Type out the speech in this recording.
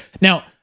Now